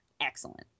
Excellent